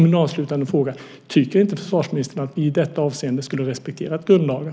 Min avslutande fråga är: Tycker inte försvarsministern att vi i detta avseende skulle ha respekterat grundlagen?